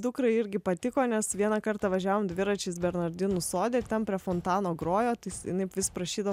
dukrai irgi patiko nes vieną kartą važiavom dviračiais bernardinų sode ten prie fontano grojo tai jinai vis prašydavo